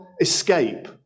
escape